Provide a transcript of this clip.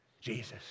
Jesus